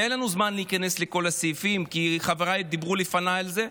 ואין לנו זמן להיכנס לכל הסעיפים וחבריי דיברו על זה לפניי.